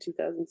2007